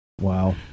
Wow